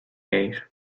air